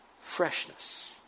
freshness